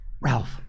ralph